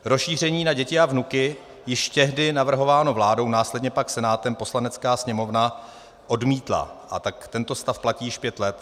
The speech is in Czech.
Rozšíření na děti a vnuky, již tehdy navrhované vládou, následně pak Senátem, Poslanecká sněmovna odmítla, a tak tento stav platí již pět let.